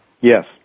Yes